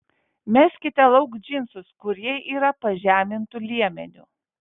meskite lauk džinsus kurie yra pažemintu liemeniu